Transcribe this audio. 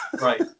Right